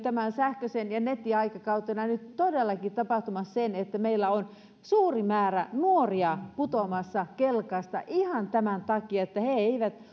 sähköisellä nettiaikakaudella todellakin tapahtumassa se että meillä on suuri määrä nuoria putoamassa kelkasta ihan sen takia että he eivät